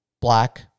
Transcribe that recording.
Black